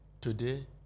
Today